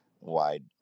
wide